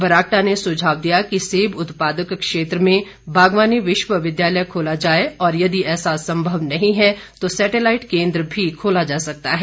बरागटा ने सुझाव दिया कि सेब उत्पादक क्षेत्र में बागवानी विश्वविद्यालय खोला जाए और यदि ऐसा संभव नहीं है तो सेटेलाइट केंद्र भी खोला जा सकता है